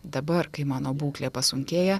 dabar kai mano būklė pasunkėja